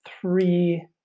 three